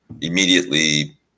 immediately